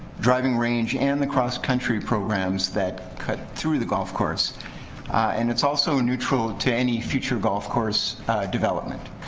driving range and the cross country programs that cut through the golf course and it's also neutral to any future golf course development.